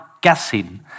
guessing